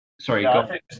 Sorry